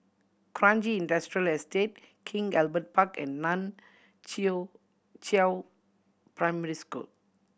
Kranji Industrial Estate King Albert Park and Nan Chiau Primary School